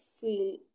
feel